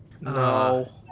No